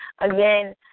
Again